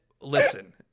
Listen